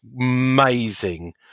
amazing